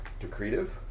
decretive